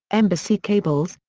embassy cables,